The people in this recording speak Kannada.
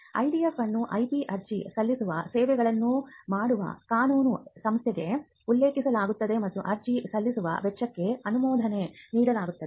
IDF ಅನ್ನು IP ಅರ್ಜಿ ಸಲ್ಲಿಸುವ ಸೇವೆಗಳನ್ನು ಮಾಡುವ ಕಾನೂನು ಸಂಸ್ಥೆಗೆ ಉಲ್ಲೇಖಿಸಲಾಗುತ್ತದೆ ಮತ್ತು ಅರ್ಜಿ ಸಲ್ಲಿಸುವ ವೆಚ್ಚಕ್ಕೆ ಅನುಮೋದನೆ ನೀಡಲಾಗುತ್ತದೆ